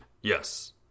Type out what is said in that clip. Yes